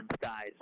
guys